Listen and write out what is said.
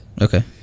Okay